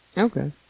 Okay